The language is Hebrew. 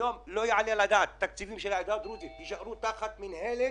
היום לא יעלה על הדעת שתקציבים של העדה הדרוזית יישארו תחת מינהלת,